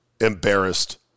embarrassed